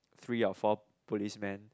three or four policemen